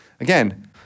again